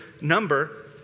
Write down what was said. number